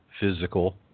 physical